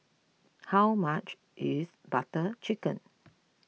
how much is Butter Chicken